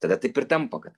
tada taip ir tampa kad